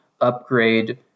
upgrade